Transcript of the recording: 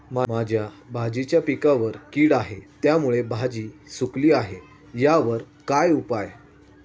माझ्या भाजीच्या पिकावर कीड आहे त्यामुळे भाजी सुकली आहे यावर काय उपाय?